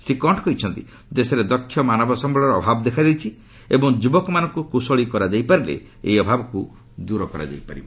ଶ୍ରୀ କଣ୍ଠ କହିଛନ୍ତି ଦେଶରେ ଦକ୍ଷ ମାନବସମ୍ଭଳର ଅଭାବ ଦେଖାଦେଇଛି ଏବଂ ଯୁବକମାନଙ୍କୁ କୁଶଳୀ କରାଯାଇପାରିଲେ ଏହି ଅଭାବକୁ ଦୂର କରାଯାଇପାରିବ